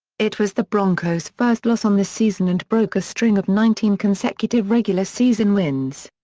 it was the broncos' first loss on the season and broke a string of nineteen consecutive regular season wins.